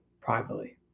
privately